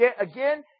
again